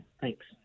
Thanks